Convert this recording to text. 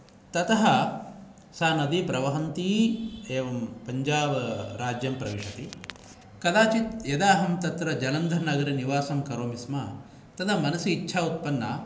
तत सा प्रवहन्ती एवं पञ्जाब् राज्यं प्रविशति कदाचित् यदा अहं तत्र जलन्दर् नगरे निवासं करोमि स्म तदा मनसि इच्छा उत्पन्ना